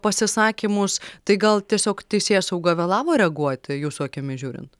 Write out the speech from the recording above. pasisakymus tai gal tiesiog teisėsauga vėlavo reaguoti jūsų akimis žiūrint